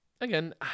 again